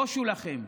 בושו לכם.